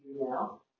now